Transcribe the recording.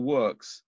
works